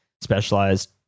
Specialized